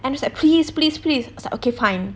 and he's like please please please I was like okay fine